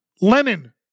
Lenin